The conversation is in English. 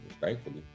thankfully